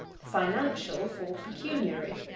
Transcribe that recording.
financial for pecuniary.